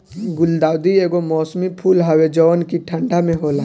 गुलदाउदी एगो मौसमी फूल हवे जवन की ठंडा में होला